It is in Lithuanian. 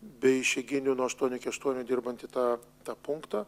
be išeiginių nuo aštuonių iki aštuonių dirbantį tą tą punktą